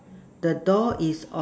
the door is on